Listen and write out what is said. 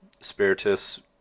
Spiritus